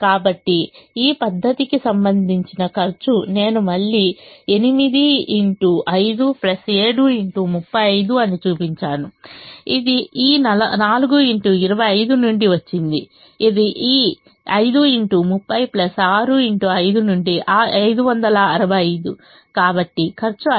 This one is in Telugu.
కాబట్టి ఈ పద్దతికి సంబంధించిన ఖర్చు నేను మళ్ళీ 8 x 5 7 x 35 అని చూపించాను ఇది ఈ 4 x 25 నుండి వచ్చింది ఇది ఈ 5 x 30 6 x 5 నుండి 565 కాబట్టి ఖర్చు 565